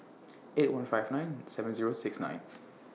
eight one five nine seven Zero six nine